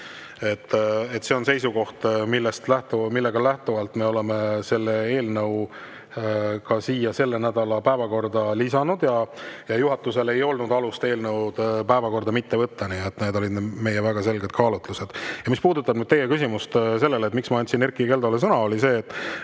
See on seisukoht, millest lähtuvalt me oleme eelnõu ka selle nädala päevakorda lisanud. Juhatusel ei olnud alust eelnõu päevakorda mitte võtta. Need olid meie väga selged kaalutlused. Mis puudutab teie küsimust selle kohta, miks ma andsin Erkki Keldole enne sõna,